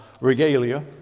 regalia